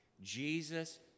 jesus